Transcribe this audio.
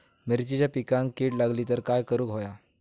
मिरचीच्या पिकांक कीड लागली तर काय करुक होया?